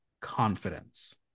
confidence